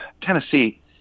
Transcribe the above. Tennessee